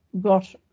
got